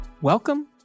Welcome